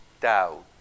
Doubt